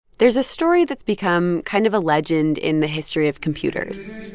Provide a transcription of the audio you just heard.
there's a story that's become kind of a legend in the history of computers